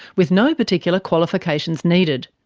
with no particular qualifications needed.